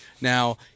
Now